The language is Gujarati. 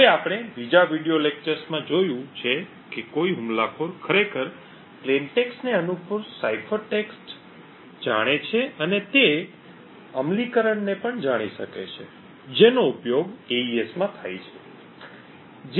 હવે આપણે બીજા વિડિઓ લેક્ચર્સમાં જોયું છે કે કોઈ હુમલાખોર ખરેખર સાદા લખાણ ને અનુરૂપ સાઇફર ટેક્સ્ટ જાણે છે અને તે અમલીકરણ ને પણ જાણી શકે છે જેનો ઉપયોગ એઇએસ માં થાય છે